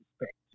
respect